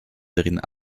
drinnen